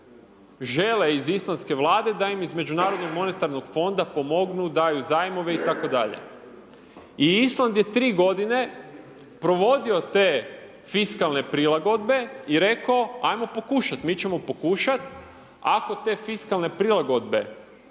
žele iz islandske Vlade da im iz Međunarodnog monetarnog fonda pomognu, daju zajmove i tako dalje. I Island je 3 godine provodio te fiskalne prilagodbe i rekao ajmo pokušat, mi ćemo pokušat, ako te fiskalne prilagodbe,